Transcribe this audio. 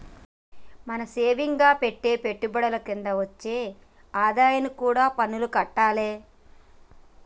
మనం సేవింగ్స్ గా పెట్టే పెట్టుబడుల కింద వచ్చే ఆదాయానికి కూడా పన్నులు గట్టాలే